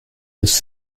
his